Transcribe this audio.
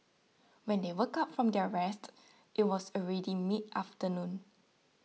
when they woke up from their rest it was already mid afternoon